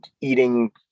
eating